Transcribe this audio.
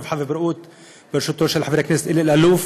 הרווחה והבריאות בראשותו של חבר הכנסת אלי אלאלוף